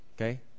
Okay